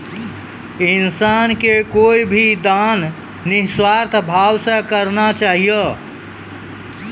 इंसान के कोय भी दान निस्वार्थ भाव से करना चाहियो